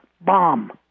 bomb